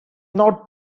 not